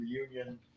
Reunion